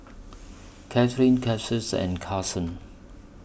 Katherine Cassius and Carsen